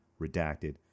Redacted